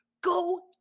go